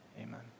Amen